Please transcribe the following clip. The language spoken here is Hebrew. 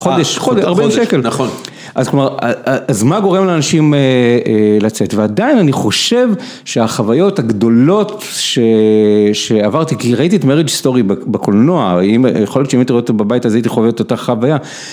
חודש, חודש, נכון, אז מה גורם לאנשים לצאת, ועדיין אני חושב שהחוויות הגדולות שעברתי, כי ראיתי את מריג' סטורי בקולנוע, יכול להיות שאם הייתי רואה אותו בבית הזה, הייתי חווה את אותה חוויה.